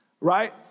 right